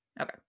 Okay